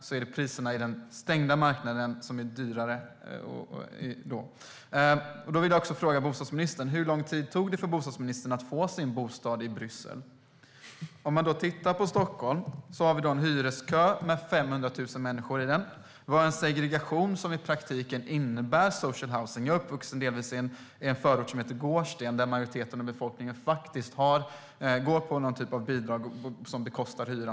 Priserna är högre på den stängda marknaden. Jag vill fråga: Hur lång tid tog det för bostadsministern att få sin bostad i Bryssel? Om man tittar på Stockholm ser vi i dag en hyreskö med 500 000 människor. Vi har en segregation som i praktiken innebär social housing. Jag är delvis uppvuxen i en förort som heter Gårdsten, där majoriteten av befolkningen har någon typ av bidrag som bekostar hyran.